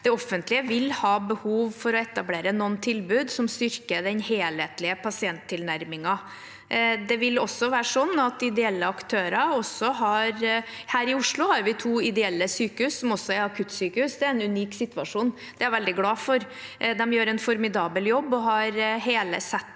Det offentlige vil ha behov for å etablere noen tilbud som styrker den helhetlige pasienttilnærmingen. Her i Oslo har vi to ideelle sykehus som også er akuttsykehus. Det er en unik situasjon, og det er jeg veldig glad for. De gjør en formidabel jobb og har hele settet